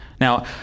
Now